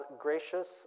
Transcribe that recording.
gracious